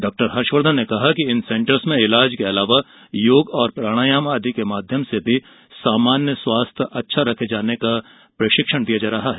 doctor Harshvardhan ने कहा कि इन सेंटर्स में ईलाज के अलावा योग प्राणायाम आदि के माध्यम से सामान्य स्वास्थ्य अच्छा रखे जाने का प्रशिक्षण भी दिया जा रहा है